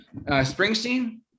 Springsteen